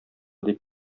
дип